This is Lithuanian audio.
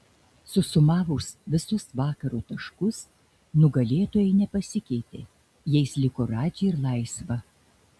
susumavus visus vakaro taškus nugalėtojai nepasikeitė jais liko radži ir laisva